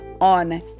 on